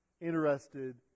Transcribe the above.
interested